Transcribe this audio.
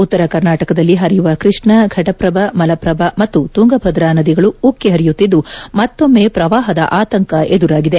ಉತ್ತರ ಕರ್ನಾಟಕದಲ್ಲಿ ಹರಿಯುವ ಕೃಷ್ಣಾ ಘಟಪ್ರಭಾ ಮಲಪ್ರಭಾ ಮತ್ತು ತುಂಗಭದ್ರಾ ನದಿಗಳು ಉಕ್ಕಿ ಹರಿಯುತ್ತಿದ್ದು ಮತ್ತೊಮ್ಮೆ ಪ್ರವಾಹದ ಆತಂಕ ಎದುರಾಗಿದೆ